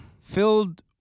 Filled